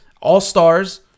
All-Stars